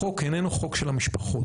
החוק איננו חוק של המשפחות.